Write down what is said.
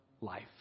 life